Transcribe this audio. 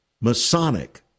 Masonic